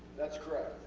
thats correct.